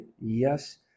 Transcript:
yes